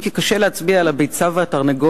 אם כי קשה להצביע על הביצה והתרנגולת,